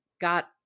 got